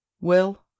Will